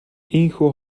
ийнхүү